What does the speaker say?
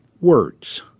words